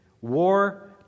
war